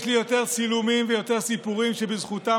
יש לי יותר צילומים ויותר סיפורים שבזכותם